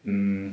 mm